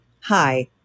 Hi